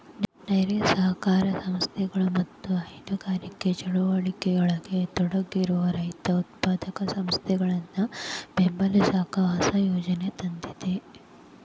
dairy ಸಹಕಾರಿ ಸಂಸ್ಥೆಗಳು ಮತ್ತ ಹೈನುಗಾರಿಕೆ ಚಟುವಟಿಕೆಯೊಳಗ ತೊಡಗಿರೋ ರೈತ ಉತ್ಪಾದಕ ಸಂಸ್ಥೆಗಳನ್ನ ಬೆಂಬಲಸಾಕ ಹೊಸ ಯೋಜನೆ ತಂದೇತಿ